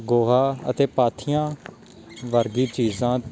ਗੋਹਾ ਅਤੇ ਪਾਥੀਆਂ ਵਰਗੀ ਚੀਜ਼ਾਂ